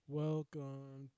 welcome